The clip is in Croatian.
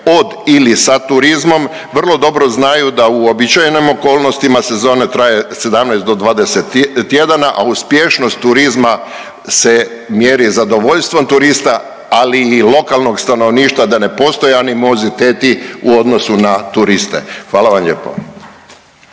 od ili sa turizmom vrlo dobro znaju da u uobičajenim okolnostima sezona traje 17 do 20 tjedana, a uspješnost turizma se mjeri zadovoljstvom turista, ali i lokalnog stanovništva da ne postoje animoziteti u odnosu na turiste. Hvala vam lijepo.